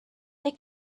they